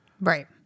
right